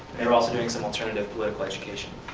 and were also doing so alternative political education.